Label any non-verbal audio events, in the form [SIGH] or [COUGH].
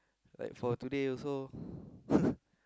like for today also [BREATH]